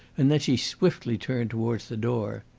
and then she swiftly turned towards the door.